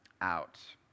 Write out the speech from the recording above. out